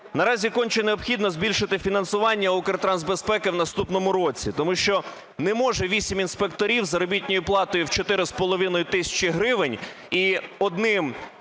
Наразі конче необхідно збільшити фінансування Укртрансбезпеки в наступному році, тому що не може вісім інспекторів із заробітною платою 4,5 тисячі гривень і одним